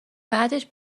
بعدش